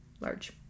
large